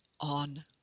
on